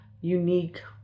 unique